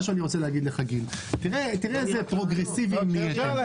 גיל, תראה איזה פרוגרסיביים נהייתם.